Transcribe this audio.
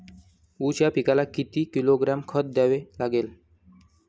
ऊस या पिकाला किती किलोग्रॅम खत द्यावे लागेल?